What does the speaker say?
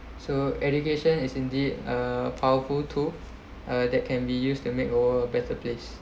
so education is indeed a powerful tool uh that can be used to make a world a better place